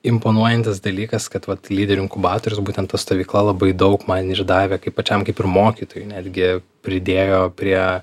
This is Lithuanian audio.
imponuojantis dalykas kad vat lyderių inkubatorius būtent ta stovykla labai daug man ir davė kaip pačiam kaip ir mokytojui netgi pridėjo prie